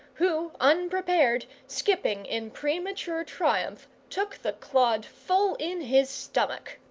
who, unprepared, skipping in premature triumph, took the clod full in his stomach!